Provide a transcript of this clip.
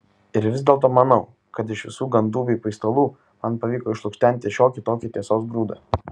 ir vis dėlto manau kad iš visų gandų bei paistalų man pavyko išlukštenti šiokį tokį tiesos grūdą